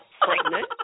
pregnant